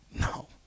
No